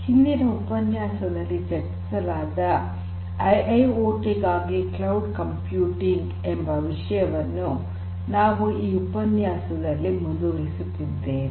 ಹಿಂದಿನ ಉಪನ್ಯಾಸದಲ್ಲಿ ಚರ್ಚಿಸಲಾದ ಐಐಓಟಿ ಗಾಗಿ ಕ್ಲೌಡ್ ಕಂಪ್ಯೂಟಿಂಗ್ ಎಂಬ ವಿಷಯವನ್ನು ನಾವು ಈ ಉಪನ್ಯಾಸದಲ್ಲಿ ಮುಂದುವರಿಸುತ್ತೇವೆ